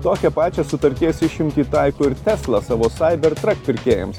tokią pačią sutarties išimtį taiko ir tesla savo cybertruck pirkėjams